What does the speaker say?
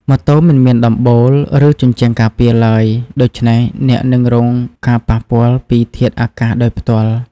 ម៉ូតូមិនមានដំបូល ឬជញ្ជាំងការពារឡើយ។ ដូច្នេះអ្នកនឹង រងការប៉ះពាល់ពីធាតុអាកាសដោយផ្ទាល់។